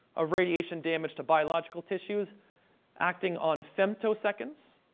of radiation damage to biological tissues acting on femtoseconds,